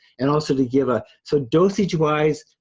and also to give, ah so dosage wise,